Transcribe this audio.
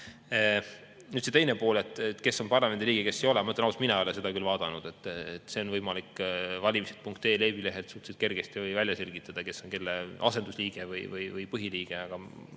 Nüüd teine pool – kes on parlamendi liige, kes ei ole. Ma ütlen ausalt, et mina ei ole seda küll vaadanud. See on võimalik valimised.ee veebilehelt suhteliselt kergesti välja selgitada, kes on kelle asendusliige või põhiliige. Ma